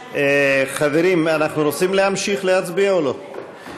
חברים, אנחנו רוצים להמשיך להצביע או לא?